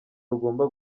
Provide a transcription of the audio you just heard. rugomba